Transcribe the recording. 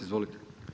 Izvolite.